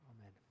Amen